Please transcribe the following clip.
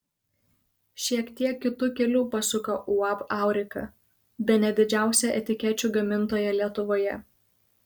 šiek tiek kitu keliu pasuko uab aurika bene didžiausia etikečių gamintoja lietuvoje